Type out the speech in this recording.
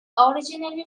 originally